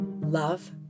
love